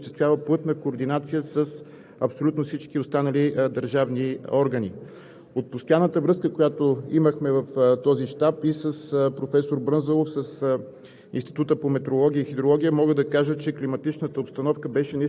метрологичен и технически надзор, който да осъществява плътна координация с абсолютно всички останали държавни органи. От постоянната връзка, която имахме в този щаб, и с професор Брънзов